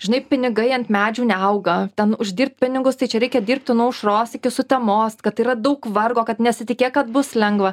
žinai pinigai ant medžių neauga ten uždirbt pinigus tai čia reikia dirbti nuo aušros iki sutemos kad yra daug vargo kad nesitikėk kad bus lengva